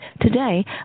Today